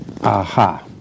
Aha